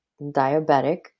diabetic